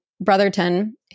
Brotherton